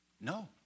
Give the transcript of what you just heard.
No